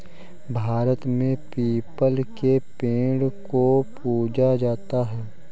भारत में पीपल के पेड़ को पूजा जाता है